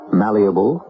malleable